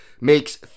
makes